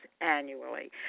annually